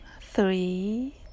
three